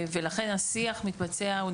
לכן השיח מתבצע בין